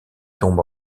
tombe